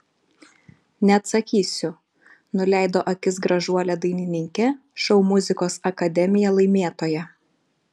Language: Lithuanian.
neatsakysiu nuleido akis gražuolė dainininkė šou muzikos akademija laimėtoja